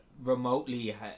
remotely